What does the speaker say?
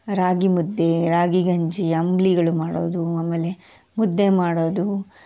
ರಾಗಿ ಮುದ್ದೆ ರಾಗಿ ಗಂಜಿ ಅಂಬಲಿಗಳು ಮಾಡೋದು ಆಮೇಲೆ ಮುದ್ದೆ ಮಾಡೋದು